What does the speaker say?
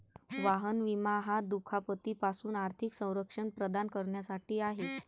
वाहन विमा हा दुखापती पासून आर्थिक संरक्षण प्रदान करण्यासाठी आहे